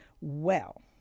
Well